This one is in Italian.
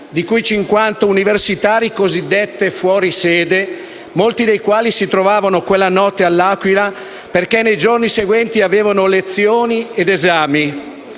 di cui 50 universitari cosiddetti "fuori sede" molti dei quali si trovavano quella notte all'Aquila, perché nei giorni seguenti avevano lezioni ed esami.